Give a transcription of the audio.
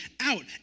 out